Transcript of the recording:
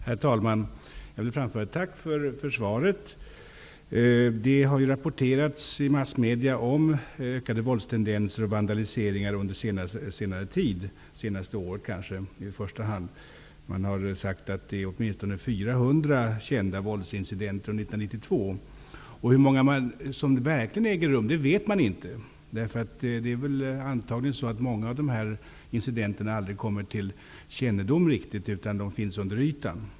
Herr talman! Jag vill framföra ett tack för svaret. Det har rapporterats i massmedierna om ökade våldstendenser och ökad vandalisering under senare tid -- kanske i första hand under det senaste året. Åtminstone 400 våldsincidenter är kända från 1992. Hur många som verkligen äger rum vet man inte. Det är antagligen så, att många incidenter aldrig kommer till kännedom. Våldet finns under ytan.